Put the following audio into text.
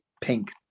pink